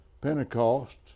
Pentecost